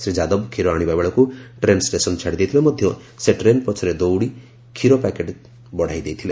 ଶ୍ରୀ ଯାଦବ କ୍ଷୀର ଆଣିବା ବେଳକୁ ଟ୍ରେନ୍ ଷ୍ଟେସନ୍ ଛାଡ଼ିଦେଇଥିଲେ ମଧ୍ୟ ସେ ଟ୍ରେନ୍ ପଛରେ ଦୌଡ଼ି କ୍ଷୀର ପ୍ୟାକେଟ୍ ବଢ଼ାଇ ଦେଇଥିଲେ